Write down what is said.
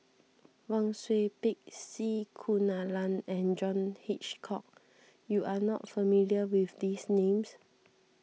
Wang Sui Pick C Kunalan and John Hitchcock you are not familiar with these names